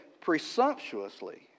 presumptuously